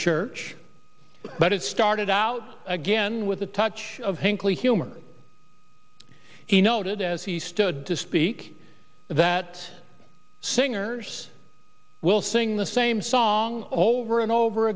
church but it started out again with a touch of hinkley humor he noted as he stood to speak that singers will sing the same song over and over